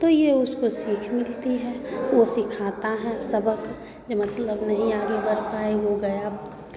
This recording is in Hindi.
तो ये उसको सीख मिलती है वो सिखाता है सबक जो मतलब नहीं आगे बढ़ पाए वो गया